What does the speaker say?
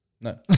No